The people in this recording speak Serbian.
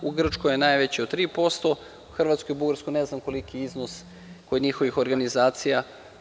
U Grčkoj je najveći od 3%, u Hrvatskoj i Bugarskoj ne znam koliki je iznos kod njihovih organizacija.